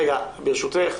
ברשותך,